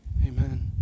Amen